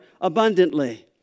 abundantly